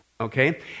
Okay